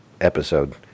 episode